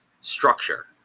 structure